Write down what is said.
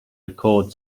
record